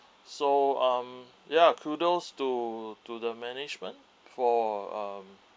so um ya to those to to the management for um